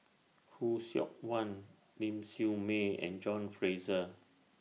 Khoo Seok Wan Ling Siew May and John Fraser